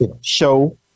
show